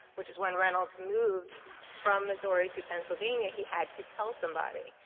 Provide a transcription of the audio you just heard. which is when reynolds moved from missouri to pennsylvania, he had to tell somebody.